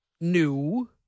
new